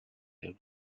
than